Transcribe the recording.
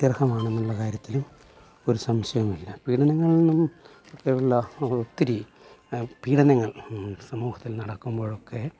സ്തുത്യർഹമാണെന്നുള്ള കാര്യത്തിലും ഒരു സംശയമില്ല പീഠനങ്ങളന്നും ഒക്കെയുള്ള ഒത്തിരി പീഠനങ്ങൾ സമൂഹത്തിൽ നടക്കുമ്പോഴൊക്കെ